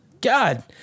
god